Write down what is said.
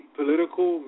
political